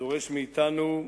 הדורש מאתנו,